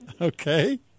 Okay